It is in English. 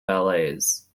ballets